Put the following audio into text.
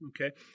Okay